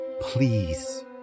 Please